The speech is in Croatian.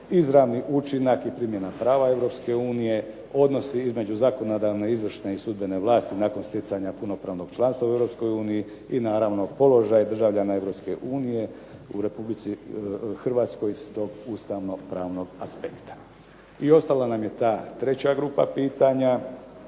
izravni učinak i primjena prava Europske unije, odnosi između izvršne i zakonodavne vlasti i sudbene vlasti nakon stjecanja punopravnog članstva u europskoj uniji i naravno položaj državljana Europske unije u Republici Hrvatskoj s tog ustavno pravnog aspekta. I ostala nam je ta treća grupa pitanja,